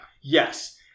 Yes